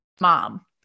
Mom